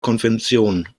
konvention